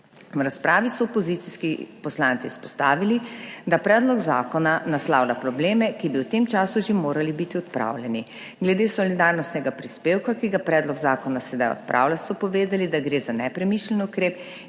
V razpravi so opozicijski poslanci izpostavili, da predlog zakona naslavlja probleme, ki bi v tem času že morali biti odpravljeni. Glede solidarnostnega prispevka, ki ga predlog zakona sedaj odpravlja, so povedali, da gre za nepremišljen ukrep